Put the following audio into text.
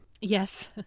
Yes